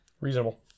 Reasonable